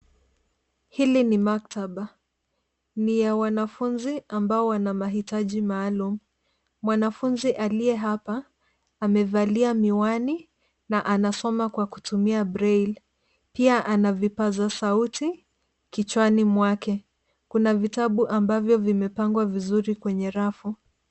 Hili ni maktaba, ni ya wanafunzi ambao wana mahitaji maalum. Mwanafunzi aliye hapa, amevalia miwani na anasoma kwa kutumia braille pia ana vipaza sauti kichwani mwake. Kuna vitabau ambavyo vimepangwa vizuri kwenye rafu.